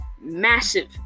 massive